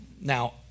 now